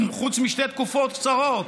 חוץ משתי תקופות קצרות,